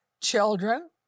children